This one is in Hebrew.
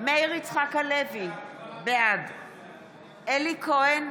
מאיר יצחק הלוי, בעד אלי כהן,